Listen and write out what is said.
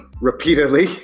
Repeatedly